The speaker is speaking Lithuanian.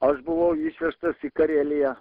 aš buvau išvežtas į kareliją